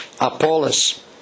Apollos